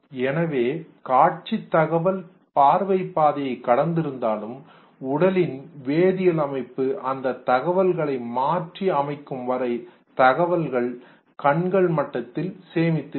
எனவே காட்சி தகவல் பார்வை பாதையை கடந்திருந்தாலும் உடலின் வேதியியல் அமைப்பு அந்த தகவல்களை மாற்றி அமைக்கும் வரை தகவல்களை கண்கள் மட்டத்தில் சேமித்து வைக்கும்